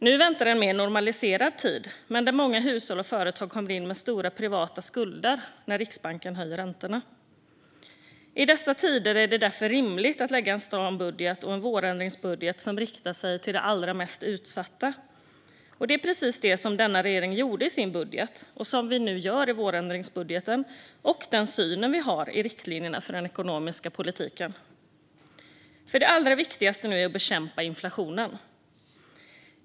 Nu väntar en mer normaliserad tid, men många hushåll och företag kommer in i den med stora privata skulder när Riksbanken höjer räntorna. I dessa tider är det därför rimligt att lägga en stram budget och en vårändringsbudget som riktar sig till de allra mest utsatta. Det är precis det som denna regering gjorde i sin budget och det vi nu gör i vårändringsbudgeten, och det är denna syn vi har i riktlinjerna för den ekonomiska politiken. Det allra viktigaste nu är att bekämpa inflationen.